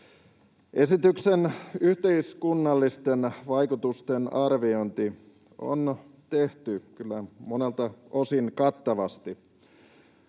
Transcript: Esityksen yhteiskunnallisten vaikutusten arviointi on tehty kyllä monelta osin kattavasti.